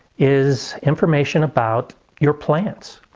is information about your plants.